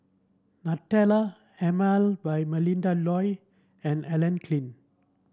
Nutella Emel by Melinda Looi and Klein